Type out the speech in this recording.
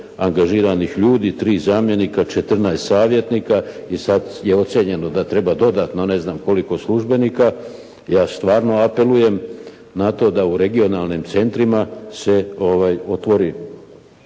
angažiranih ljudi, 3 zamjenika, 14 savjetnika i sada je ocijenjeno da treba dodatno ne znam koliko službeni Ja stvarno apelujem na to da u regionalnim centrima se ovaj